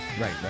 right